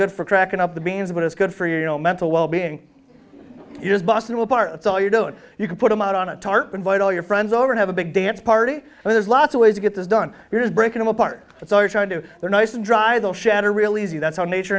good for cracking up the beans but it's good for you know mental well being is boston will part that's all you're doing you can put them out on a tarp invite all your friends over have a big dance party and there's lots of ways to get this done it is breaking apart so you're trying to they're nice and dry they'll shatter really easy that's how nature